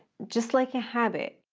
just like a habit,